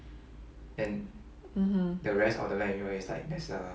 mm hmm